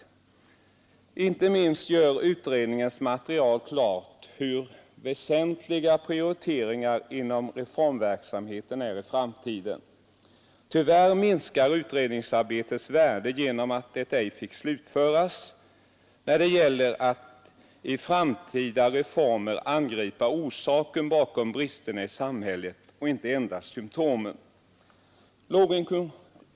Inte minst gör utredningens material klart hur väsentliga prioriteringar inom reformverksamheten är i framtiden. Tyvärr minskar utredningsarbetets värde genom att det ej fick slutföras, när det gäller att i framtida reformer angripa orsaken bakom bristerna i samhället och inte endast symtomen.